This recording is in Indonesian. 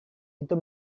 itu